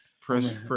press